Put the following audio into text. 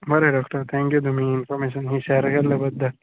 बरें doctor thank you तुमी information share केल्या बद्दल